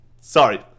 sorry